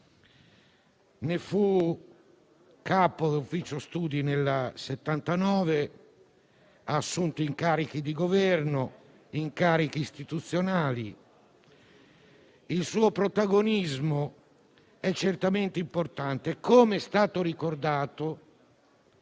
Ne fu capo dell'ufficio studi nel 1979; ha assunto incarichi di Governo, incarichi istituzionali. Il suo protagonismo è certamente importante, come è stato ricordato,